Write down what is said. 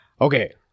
okay